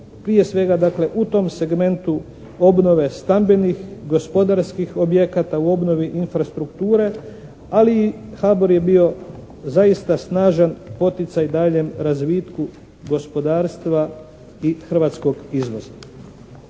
prije svega dakle u tom segmentu obnove stambenih, gospodarskih objekata, u obnovi infrastrukture, ali i Habor je bio zaista snažan poticaj daljem razvitku gospodarstva i hrvatskog izvoza.